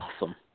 Awesome